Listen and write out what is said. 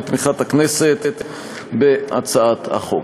את תמיכת הכנסת בהצעת החוק.